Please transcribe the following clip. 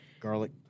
garlic